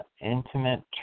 intimate